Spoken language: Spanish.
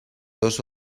dos